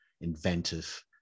inventive